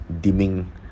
dimming